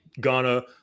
Ghana